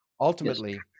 Ultimately